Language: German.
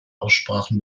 aussprachen